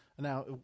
Now